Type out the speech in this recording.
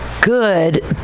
good